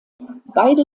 beide